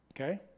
Okay